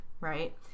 Right